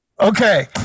okay